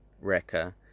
Wrecker